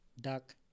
duck